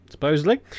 Supposedly